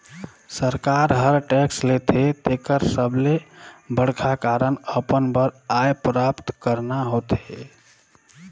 सरकार हर टेक्स लेथे तेकर सबले बड़खा कारन अपन बर आय प्राप्त करना होथे